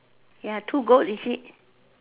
ya two goat is it